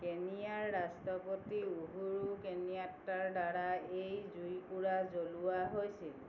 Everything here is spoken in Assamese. কেনিয়াৰ ৰাষ্ট্ৰপতি উহুৰু কেনিয়াট্টাৰ দ্বাৰা এই জুইকুৰা জ্বলোৱা হৈছিল